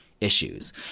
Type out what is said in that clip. issues